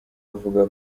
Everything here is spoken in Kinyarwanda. avuga